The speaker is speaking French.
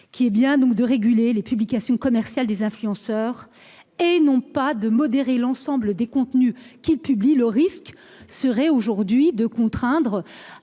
Qui est bien donc de réguler les publications commerciales des influenceurs et non pas de modérer l'ensemble des contenus qu'ils publient le risque serait aujourd'hui de contraindre.